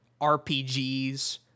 RPGs